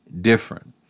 different